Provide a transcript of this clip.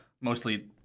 mostly